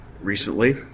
recently